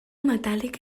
metàl·lic